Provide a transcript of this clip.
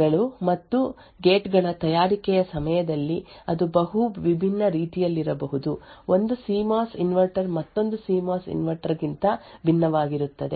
ಗಳು ಮತ್ತು ಗೇಟ್ ಗಳ ತಯಾರಿಕೆಯ ಸಮಯದಲ್ಲಿ ಅದು ಬಹು ವಿಭಿನ್ನ ರೀತಿಯಲ್ಲಿರಬಹುದು ಒಂದು C M O S inverter ಮತ್ತೊಂದು C M O S inverter ಗಿಂತ ಭಿನ್ನವಾಗಿರುತ್ತದೆ